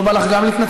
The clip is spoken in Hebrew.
לא בא לך גם להתנצל?